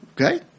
okay